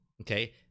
okay